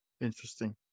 Interesting